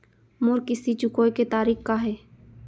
मोर किस्ती चुकोय के तारीक का हे?